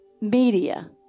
media